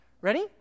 Ready